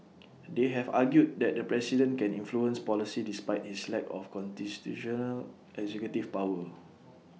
they have argued that the president can influence policy despite his lack of constitutional executive power